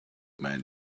man